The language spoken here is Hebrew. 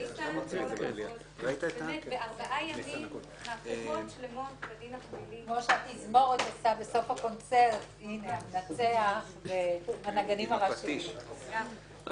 12:17.